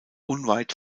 unweit